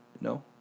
No